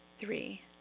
Three